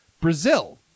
Brazil